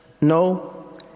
No